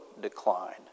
decline